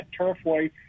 Turfway